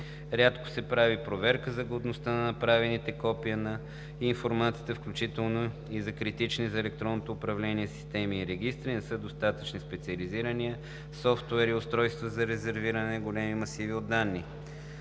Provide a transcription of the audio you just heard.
рядко се прави проверка за годността на направените копия на информацията, включително и за критични за електронното управление системи и регистри; не са достатъчни специализираният софтуер и устройствата за резервиране на големи масиви от данни;